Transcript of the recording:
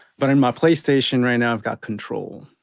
but in my playstation right now, i've got control,